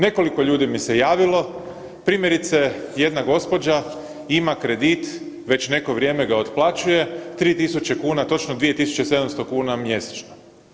Nekoliko ljudi mi se javilo, primjerice, jedna gospođa ima kredit, već neko vrijeme ga otplaćuje, 3 tisuće kuna, točno 2700 kn mjesečno.